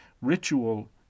Ritual